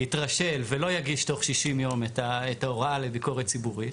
יתרשל ולא יגיש תוך 60 יום את ההוראה לביקורת ציבורית,